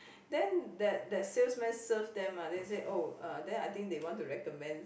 then that that salesman serve them ah then say oh uh then I think they want to recommend